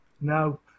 No